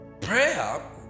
prayer